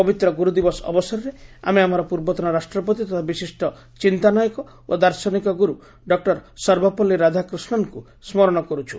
ପବିତ୍ର ଗୁରୁ ଦିବସ ଅବସରରେ ଆମେ ଆମର ପୂର୍ବତନ ରାଷ୍ଟ୍ରପତି ତଥା ବିଶିଷ୍ ଚିନ୍ତାନାୟକ ଓ ଦାର୍ଶନିକ ଗୁରୁ ଡ଼କୂର ସର୍ବପଲ୍ଲୀ ରାଧାାକ୍ରିଷ୍ଡନଙ୍କୁ ସ୍କରଶ କରୁଛୁ